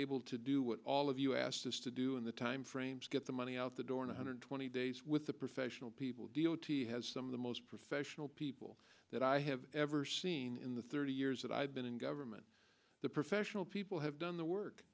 able to do what all of you asked us to do in the timeframe to get the money out the door one hundred twenty days with the professional people d o t has some of the most professional people that i have ever seen in the thirty years that i've been in government the professional people have done the work